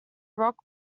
rock